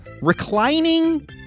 Reclining